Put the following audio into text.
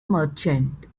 merchant